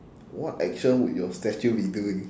what action would your statue be doing